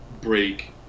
break